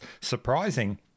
surprising